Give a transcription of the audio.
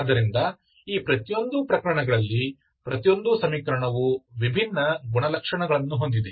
ಆದ್ದರಿಂದ ಈ ಪ್ರತಿಯೊಂದು ಪ್ರಕರಣಗಳಲ್ಲಿ ಪ್ರತಿಯೊಂದು ಸಮೀಕರಣವು ವಿಭಿನ್ನ ಗುಣಲಕ್ಷಣಗಳನ್ನು ಹೊಂದಿದೆ